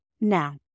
Now